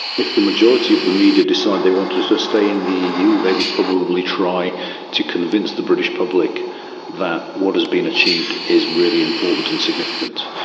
if the majority of the media decide they want to sustain the eu, they will probably try to convince the british public that what has been achieved is really important and significant.